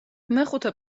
მეხუთე